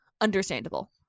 understandable